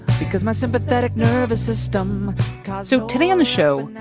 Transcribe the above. because my sympathetic nervous system caused. so today on the show,